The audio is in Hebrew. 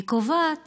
היא קובעת